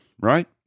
right